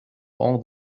all